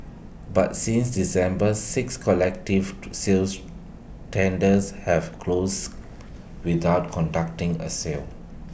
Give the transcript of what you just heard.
but since December six collective sales tenders have closed without conducting A sale